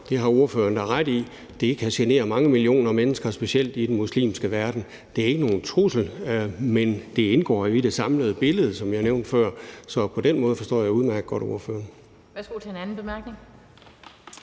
af, har ordføreren da ret i kan genere mange millioner mennesker, specielt i den muslimske verden. Det er ikke nogen trussel, men det indgår jo, som jeg nævnte før, i det samlede billede, så på den måde forstår jeg udmærket godt ordførerens